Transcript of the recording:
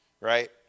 right